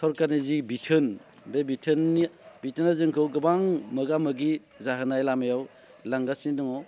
सरखारनि जि बिथोन बे बिथोननि बिदिनो जोंखौ गोबां मोगा मोगि जाहोनाय लामायाव लांगासिनो दङ